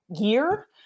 year